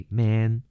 man